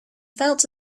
felt